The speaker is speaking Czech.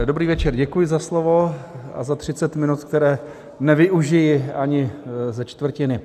Dobrý večer, děkuji za slovo a za 30 minut, které nevyužiji ani ze čtvrtiny.